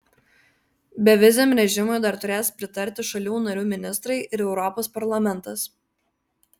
beviziam režimui dar turės pritarti šalių narių ministrai ir europos parlamentas